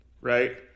right